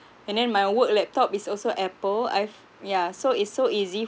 and then my work laptop is also apple I've yeah so it's so easy